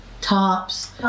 tops